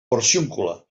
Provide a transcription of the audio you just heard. porciúncula